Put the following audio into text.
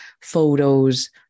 photos